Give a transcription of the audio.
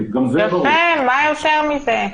שזאת ההכרזה שחוזרים ממדינות מסוימות,